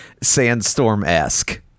Sandstorm-esque